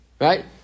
Right